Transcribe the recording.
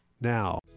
now